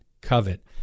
covet